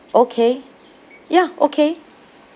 okay ya okay